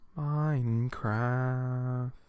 Minecraft